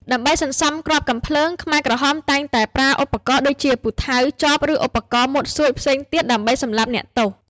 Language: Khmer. ដើម្បីសន្សំគ្រាប់កាំភ្លើង ខ្មែរក្រហមតែងតែប្រើឧបករណ៍ដូចជា ពូថៅ ចប ឬឧបករណ៍មុតស្រួចផ្សេងទៀតដើម្បីសម្លាប់អ្នកទោស។